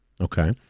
Okay